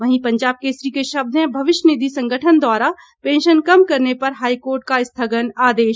वहीं पंजाब केसरी के शब्द हैं भविष्य निधि संगठन द्वारा पैंशन कम करने पर हाईकोर्ट का स्थगन आदेश